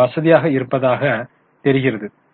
வசதியாக இருப்பதாக தெரிகிறது சரியா